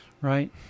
Right